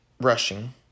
rushing